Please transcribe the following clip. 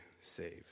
saved